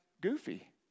goofy